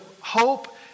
hope